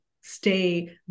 stay